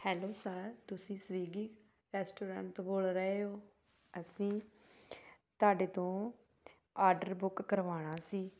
hello sir ਤੁਸੀਂ Swiggy restaurant ਤੋਂ ਬੋਲ ਰਹੇ ਹੋ ਅਸੀਂ ਤੁਹਾਡੇ ਤੋਂ ਆਡਰ ਬੁੱਕ ਕਰਵਾਉਣਾ ਸੀ